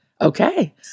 Okay